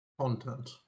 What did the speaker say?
Content